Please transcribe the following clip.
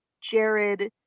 Jared